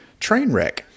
Trainwreck